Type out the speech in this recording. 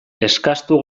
eskastu